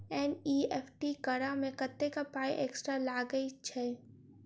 NEFT करऽ मे कत्तेक पाई एक्स्ट्रा लागई छई?